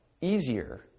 easier